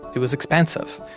it was expensive,